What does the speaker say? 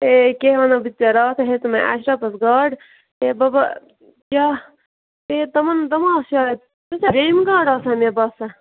اَے کیٛاہ ونے بہٕ ژےٚ راتھ ہَے ہٮ۪ژٕ مےٚ اشرفس گاڈٕ اَے ببا کیٚاہ پیٚیہِ تِمن تِم آسہٕ شاید جٮ۪مۍ گاڈٕ آسان مےٚ باسان